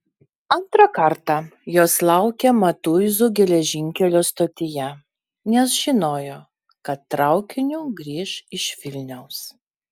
antrą kartą jos laukė matuizų geležinkelio stotyje nes žinojo kad traukiniu grįš iš vilniaus